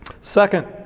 second